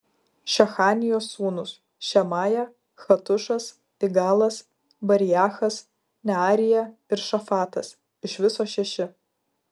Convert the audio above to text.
šechanijos sūnūs šemaja hatušas igalas bariachas nearija ir šafatas iš viso šeši